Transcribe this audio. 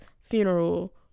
funeral